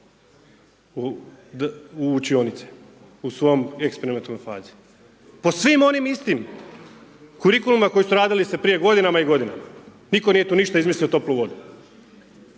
u učionice u svojoj eksperimentalnoj fazi po svim onim istim kurikulima koji su se radili prije godinama i godinama. Nitko tu nije ništa izmislio toplu vodu.